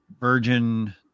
virgin